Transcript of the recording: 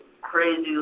crazy